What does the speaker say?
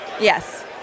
Yes